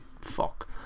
fuck